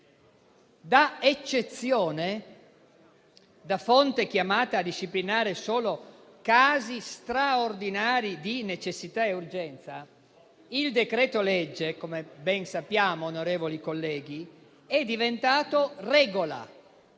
Da eccezione, da fonte chiamata a disciplinare solo casi straordinari di necessità e urgenza, il decreto-legge, come ben sappiamo, onorevoli colleghi, è diventato regola,